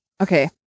Okay